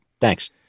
Thanks